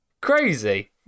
Crazy